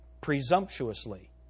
presumptuously